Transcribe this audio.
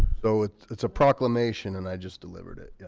so it's it's a proclamation and i just delivered it. yeah,